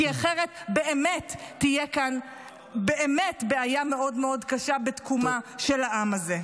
כי אחרת באמת תהיה כאן בעיה קשה מאוד מאוד בתקומה של העם הזה.